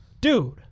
Dude